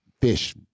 fish